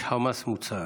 איש חמאס מוצהר.